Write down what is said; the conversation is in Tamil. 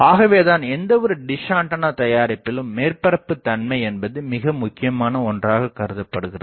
ஆகவேதான் எந்த ஒரு டிஷ் ஆண்டனா தயாரிப்பிலும் மேற்பரப்பு தன்மை என்பது மிக முக்கியமான ஒன்றாகக் கருதப்படுகிறது